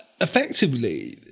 effectively